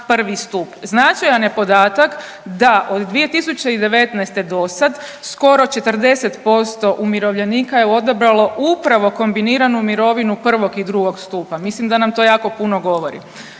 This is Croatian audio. prvi stup. Značajan je podatak da od 2019. dosad skoro 40% umirovljenika je odabralo upravo kombiniranu mirovinu prvog i drugog stupa. Mislim da nam to jako puno govori.